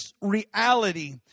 reality